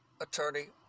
attorney